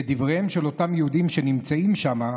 כדבריהם של אותם יהודים שנמצאים שם,